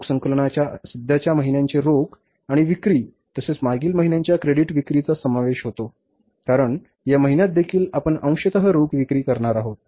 रोख संकलनात सध्याच्या महिन्यांचे रोख आणि विक्री तसेच मागील महिन्यांच्या क्रेडिट विक्रीचा समावेश होतो कारण या महिन्यात देखील आपण अंशतः रोख विक्री करणार आहोत